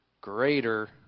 Greater